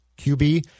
QB